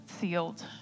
sealed